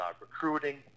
recruiting